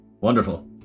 wonderful